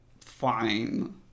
fine